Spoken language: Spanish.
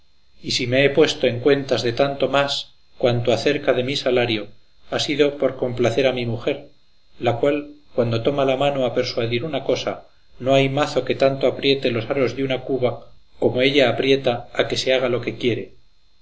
y si me he puesto en cuentas de tanto más cuanto acerca de mi salario ha sido por complacer a mi mujer la cual cuando toma la mano a persuadir una cosa no hay mazo que tanto apriete los aros de una cuba como ella aprieta a que se haga lo que quiere